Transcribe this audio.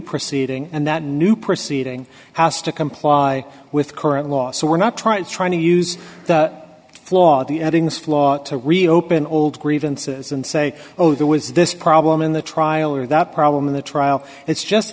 proceeding and that new proceeding has to comply with current law so we're not trying to trying to use the flaw the eddings flaw to reopen old grievances and say oh there was this problem in the trial or that problem in the trial it's